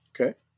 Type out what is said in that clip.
Okay